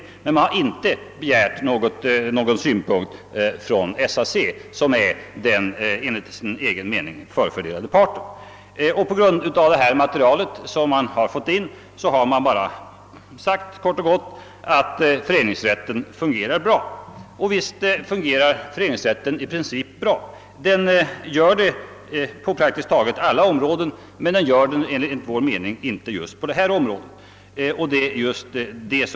Däremot har man inte inhämtat några synpunkter från SAC, som enligt sin egen uppfattning är den förfördelade parten. På grundval av det material man så fått in har utskottet kort och gott konstaterat att föreningsrätten fungerar bra. Visst fungerar föreningsrätten i princip bra. Den gör det på praktiskt taget alla områden, men enligt vår mening inte just på det här området.